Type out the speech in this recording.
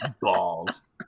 balls